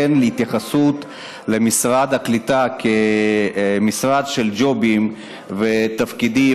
לכן ההתייחסות למשרד הקליטה כמשרד של ג'ובים ותפקידים,